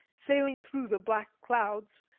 sailing through the black clouds,